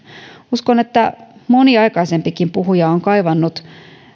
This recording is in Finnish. uskon että moni aikaisempikin puhuja on kaivannut